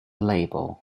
label